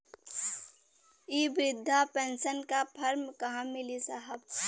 इ बृधा पेनसन का फर्म कहाँ मिली साहब?